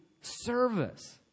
service